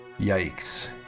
yikes